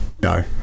no